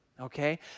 Okay